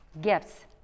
gifts